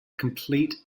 complete